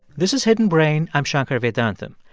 this is hidden brain. i'm shankar vedantam.